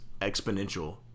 exponential